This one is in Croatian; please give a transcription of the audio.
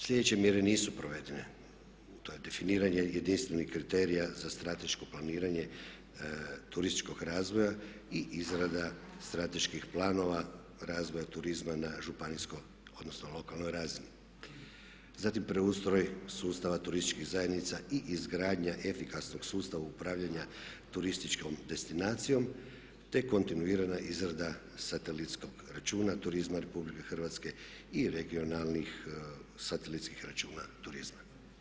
Slijedeće mjere nisu provedene to je definiranje jedinstvenih kriterija za strateško planiranje turističkog razvoja i izrada strateških planova razvoja turizma na županijskoj odnosno lokalnoj razini, zatim preustroj sustava turističkih zajednica i izgradnja efikasnog sustava upravljanja turističkom destinacijom te kontinuirana izrada satelitskog računa turizma RH i regionalnih satelitskih računa turizma.